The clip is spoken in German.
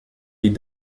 die